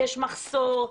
יש מחסור,